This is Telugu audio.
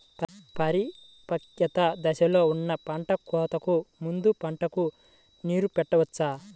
పరిపక్వత దశలో ఉన్న పంట కోతకు ముందు పంటకు నీరు పెట్టవచ్చా?